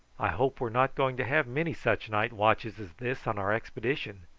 i hope we are not going to have many such night-watches as this on our expedition.